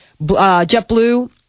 JetBlue